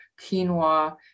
quinoa